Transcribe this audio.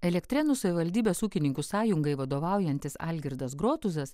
elektrėnų savivaldybės ūkininkų sąjungai vadovaujantis algirdas grotuzas